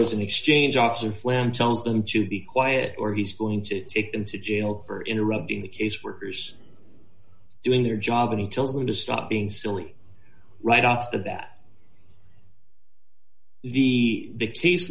was an exchange officer phlegm tells them to be quiet or he's going to take them to jail for interrupting the caseworkers doing their job he tells them to stop being silly right off the bat v the case